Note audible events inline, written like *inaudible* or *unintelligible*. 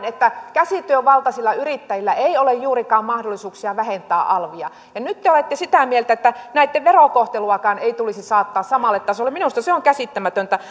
*unintelligible* että käsityövaltaisilla yrittäjillä ei ole juurikaan mahdollisuuksia vähentää alvia nyt te te olette sitä mieltä että näitten verokohteluakaan ei tulisi saattaa samalle tasolle minusta se on käsittämätöntä *unintelligible*